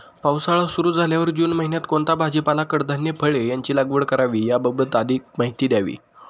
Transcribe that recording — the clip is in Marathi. पावसाळा सुरु झाल्यावर जून महिन्यात कोणता भाजीपाला, कडधान्य, फळे यांची लागवड करावी याबाबत अधिक माहिती द्यावी?